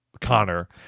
Connor